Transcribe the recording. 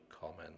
comment